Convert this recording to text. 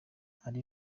hari